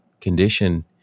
condition